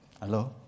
Hello